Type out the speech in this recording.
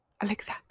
alexa